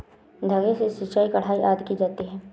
धागे से सिलाई, कढ़ाई आदि की जाती है